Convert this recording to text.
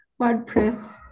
WordPress